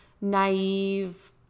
naive